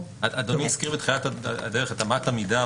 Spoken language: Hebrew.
אדוני הזכיר בתחילת הדרך את אמת המידה,